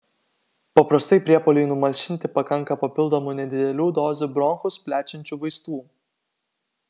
paprastai priepuoliui numalšinti pakanka papildomų nedidelių dozių bronchus plečiančių vaistų